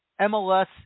MLS